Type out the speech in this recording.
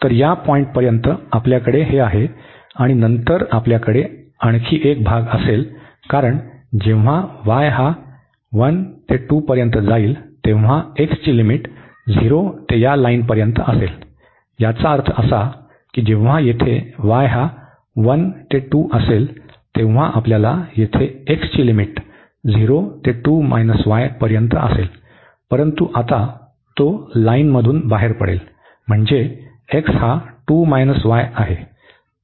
तर या पॉईंटपर्यंत आपल्याकडे हे आहे आणि नंतर आपल्याकडे आणखी एक भाग असेल कारण जेव्हा y हा 1 ते 2 पर्यंत जाईल तेव्हा x ची लिमिट 0 ते या लाईनपर्यंत असेल याचा अर्थ असा की जेव्हा येथे y हा 1 ते 2 असेल तेव्हा आपल्यास येथे x ची लिमिट 0 ते 2 y पर्यंत असेल परंतु आता तो लाईनमधून बाहेर पडेल म्हणजे x हा 2 y आहे